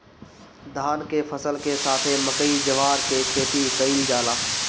धान के फसल के साथे मकई, जवार के खेती कईल जाला